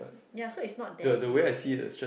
ya so is not that easy